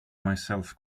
myself